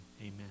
amen